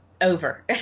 over